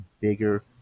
bigger